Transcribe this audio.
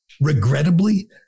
regrettably